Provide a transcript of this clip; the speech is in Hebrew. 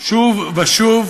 שוב ושוב